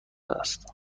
است